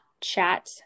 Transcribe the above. chat